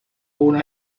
una